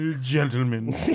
gentlemen